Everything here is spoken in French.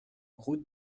route